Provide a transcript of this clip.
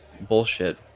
bullshit